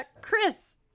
chris